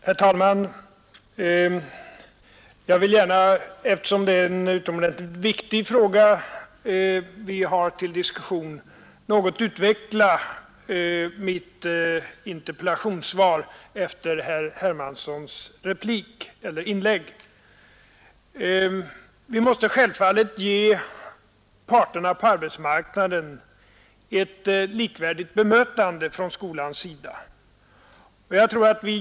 Herr talman! Eftersom det är en utomordentligt viktig fråga vi har uppe till diskussion vill jag gärna något utveckla mitt interpellationssvar efter herr Hermanssons inlägg. Från skolans sida måste man självfallet ge parterna på arbetsmarknaden ett likvärdigt bemötande.